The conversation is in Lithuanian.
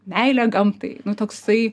meilė gamtai nu toksai